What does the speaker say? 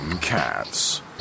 Cats